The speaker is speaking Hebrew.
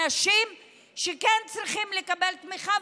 אנשים שכן צריכים לקבל תמיכה,